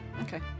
Okay